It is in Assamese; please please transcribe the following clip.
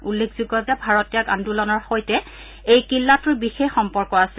উল্লেখযোগ্য যে ভাৰত ত্যাগ আন্দোলনৰ সৈতে এই কিল্লাটোৰ বিশেষ সম্পৰ্ক আছে